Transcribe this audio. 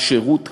השירות הלאומי.